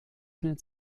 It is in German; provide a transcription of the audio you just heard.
findet